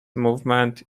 movements